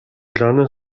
ranem